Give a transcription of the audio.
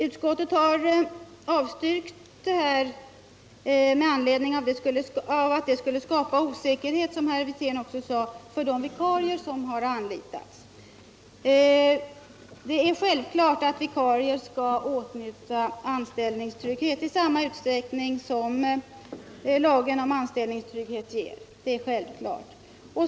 Utskottet har avstyrkt vårt förslag med anledning av att det skulle skapa osäkerhet — som herr Wirtén också sade — för de vikarier som har anlitats. Det är självklart att vikarien skall åtnjuta anställningstrygg het i samma utsträckning som lagen om anställningstrygghet ger.